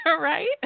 right